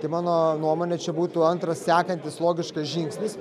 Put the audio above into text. tai mano nuomone čia būtų antras sekantis logiškas žingsnis